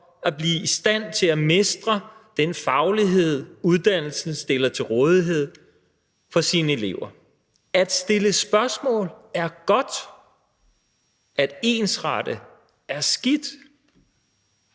at blive i stand til at mestre den faglighed, uddannelsen stiller til rådighed for sine elever. At stille spørgsmål er godt. At ensrette er skidt.